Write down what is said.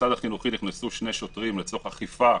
למוסד החינוכי נכנסנו שני שוטרים לצורך אכיפה,